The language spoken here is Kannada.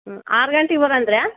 ಹ್ಞೂ ಆರು ಗಂಟಿಗೆ ಬರೋಣ್ರಾ